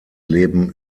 leben